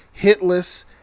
hitless